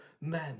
men